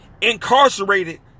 incarcerated